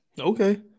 Okay